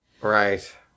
Right